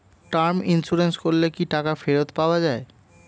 Term insurance করলে কি টাকা ফেরত পাওয়া যায়?